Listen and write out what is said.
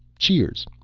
cheers.